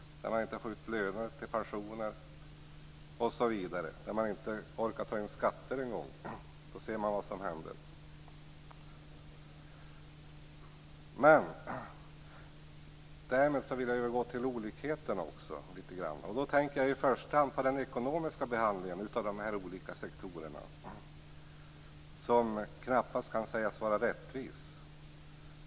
Människor får inte ut löner eller pensioner, och man orkar inte ens ta in skatter. Då ser man vad som händer. Därmed vill jag övergå till olikheterna. Jag tänker i första hand på den ekonomiska behandlingen av de här olika sektorerna, som knappast kan sägas vara rättvis.